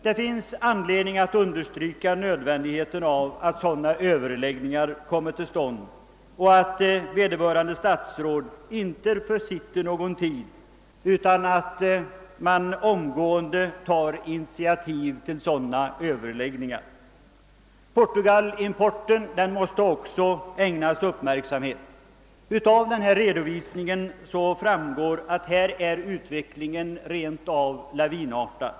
Det finns all anledning att understryka nödvändigheten av att sådana överläggningar kommer till stånd och att vederbörande statsråd därvid inte försitter någon tid utan omedelbart tar initiativ därtill. Importen från Portugal måste också ägnas stor uppmärksamhet. Av den lämnade redovisningen framgår att ökningen där har varit rent lavinartad.